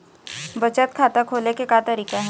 बचत खाता खोले के का तरीका हे?